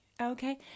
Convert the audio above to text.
Okay